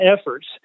efforts